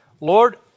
Lord